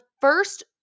first